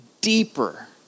deeper